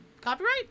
copyright